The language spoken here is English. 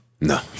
No